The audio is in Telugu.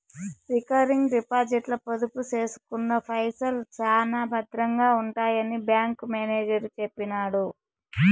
రికరింగ్ డిపాజిట్ల పొదుపు సేసుకున్న పైసల్ శానా బద్రంగా ఉంటాయని బ్యాంకు మేనేజరు సెప్పినాడు